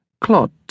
Clot